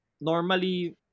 normally